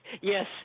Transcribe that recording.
yes